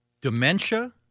dementia